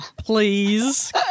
Please